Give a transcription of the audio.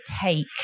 take